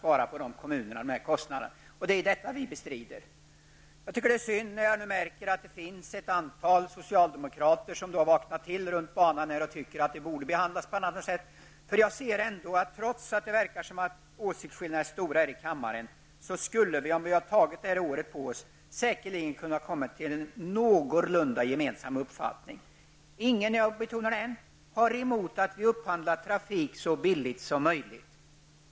Jag tycker att det är synd, när jag märker att det finns ett antal socialdemokrater runt banan som har vaknat till och tycker att den borde behandlas på annat sätt. Jag ser ändå, trots att det verkar som om åsiktskillnaderna är stora här i kammaren, att om vi fått ett år på oss skulle vi säkerligen ha kunnat komma till en någorlunda gemensam uppfattning. Ingen -- jag betonar det -- är emot att vi upphandlar trafik så billigt som möjligt.